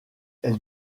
elle